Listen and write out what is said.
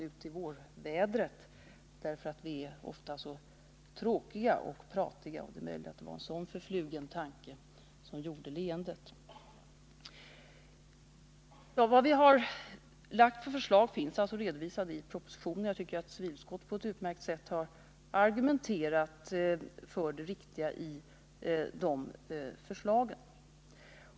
ut i vårvädret, eftersom vi här ofta är så tråkiga och pratiga. Det var kanske en sådan förflugen tanke som föranledde leendet. De förslag vi har redovisar vi i propositionen, och jag tycker att civilutskottet på ett utmärkt sätt argumenterat för det riktiga i de förslagen.